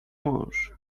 mąż